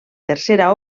tercera